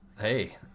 Hey